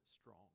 strong